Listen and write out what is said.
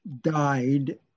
died